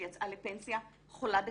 שיצאה לפנסיה, חולה בסרטן.